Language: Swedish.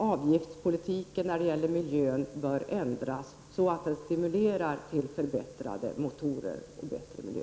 Avgiftspolitiken när det gäller miljön bör ändras så att den stimulerar till förbättrade motorer och bättre miljö.